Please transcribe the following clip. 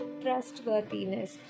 trustworthiness